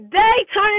daytime